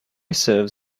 serve